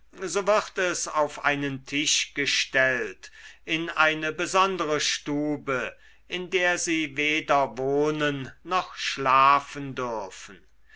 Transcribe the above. so wird es auf einen tisch gestellt in eine besondere stube in der sie weder wohnen noch schlafen dürfen